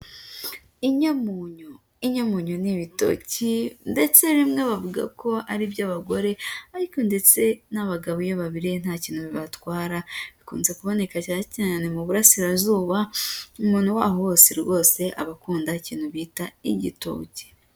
Inyamunyo, inyamunyo ni ibitoki ndetse rimwe bavuga ko ari iby'abagore ariko ndetse n'abagabo iyo babiriye nta kintu bibatwara, bikunze kuboneka cyane cyane mu Burasirazuba umuntu wabo hose rwose aba akunda ikintu bita igitoki.